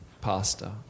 pasta